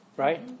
Right